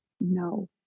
no